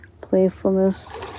playfulness